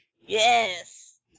Yes